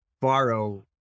borrow